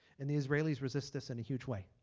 and the israelis resist this in a huge way.